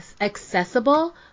accessible